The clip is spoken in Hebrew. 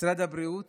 משרד הבריאות